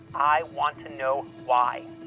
i want to know why.